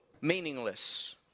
meaningless